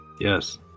Yes